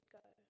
go